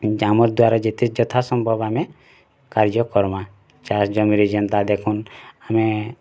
ଆମର୍ ଦ୍ଵାରା ଯେତେ ଯଥା ସମ୍ଭବ ଆମେ କାର୍ଯ୍ୟ କରମା ଚାଷ୍ ଜମିରେ ଯେନ୍ତା ଦେଖୁନ୍ ଆମେ